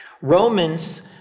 Romans